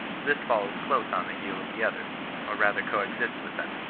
this fol lows close on the heels of the others, or rather co-exists with them.